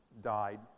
died